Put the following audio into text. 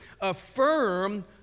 affirm